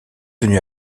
venu